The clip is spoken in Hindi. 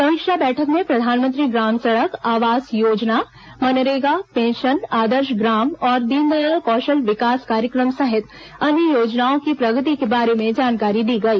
समीक्षा बैठक में प्रधानमंत्री ग्राम सड़क आवास योजना मनरेगा पेंशन आदर्श ग्राम और दीनदयाल कौशल विकास कार्यक्रम सहित अन्य योजनाओं की प्रगति के बारे में जानकारी दी गई